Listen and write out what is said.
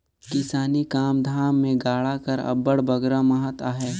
किसानी काम धाम मे गाड़ा कर अब्बड़ बगरा महत अहे